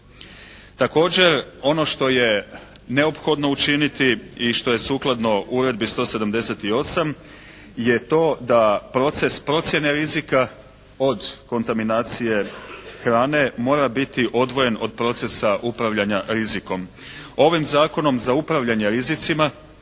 Također, ono što je neophodno učiniti i što je sukladno Uredbi 178 je to da proces procjene rizika od kontaminacije hrane mora biti odvojen od procesa upravljanja rizikom. Ovim zakonom za upravljanje rizicima,